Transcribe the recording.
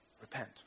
Repent